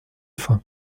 faim